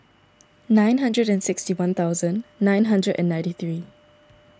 nine hundred and sixty one thousand nine hundred and ninety three